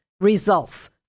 results